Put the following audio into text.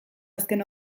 azken